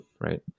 right